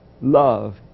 Love